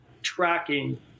tracking